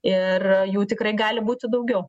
ir jų tikrai gali būti daugiau